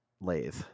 lathe